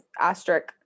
asterisk